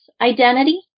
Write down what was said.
identity